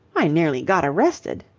i nearly got arrested.